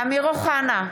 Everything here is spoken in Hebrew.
אמיר אוחנה,